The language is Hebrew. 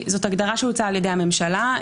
זאת הגדרה שהוצעה על ידי הממשלה.